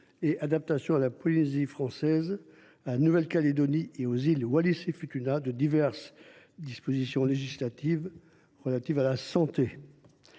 et adaptation à la Polynésie française, à la Nouvelle Calédonie et aux îles Wallis et Futuna de diverses dispositions législatives relatives à la santé.